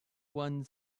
one